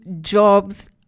jobs